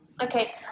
okay